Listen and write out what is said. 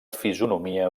fisonomia